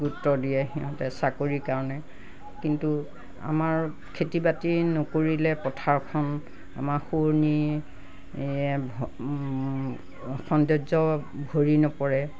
গুৰুত্ব দিয়ে সিহঁতে চাকৰীৰ কাৰণে কিন্তু আমাৰ খেতি বাতি নকৰিলে পথাৰখন আমাৰ শুৱনি সৌন্দৰ্য ভৰি নপৰে